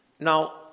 Now